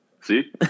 See